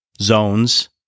zones